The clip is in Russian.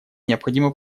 необходимо